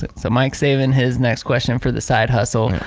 ah so, mike's saving his next question for the side hustle.